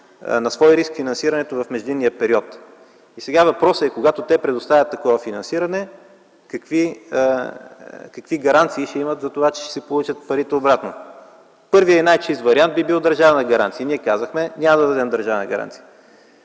на свой риск финансирането в междинния период”. Въпросът е, когато те предоставят такова финансиране, какви гаранции ще имат, че ще си получат парите обратно. Първият и най-чист вариант би бил държавна гаранция. Ние казахме: „Няма да дадем държавна гаранция”.